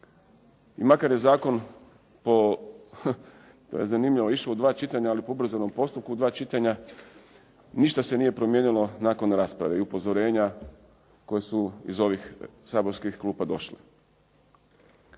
i makar je zakon po, to je zanimljivo išao u dva čitanja ali u ubrzanom postupku u dva čitanja, ništa se nije promijenilo nakon rasprave i upozorenja koji su iz ovih saborskih klupa došli.